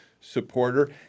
supporter